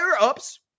ups